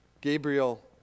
Gabriel